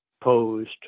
posed